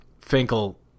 finkel